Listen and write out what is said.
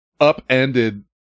upended